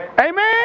Amen